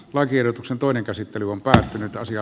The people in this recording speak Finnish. lakiehdotuksen toinen käsittely on päättynyt ja